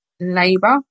labour